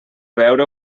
veure